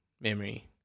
memory